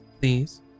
please